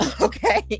Okay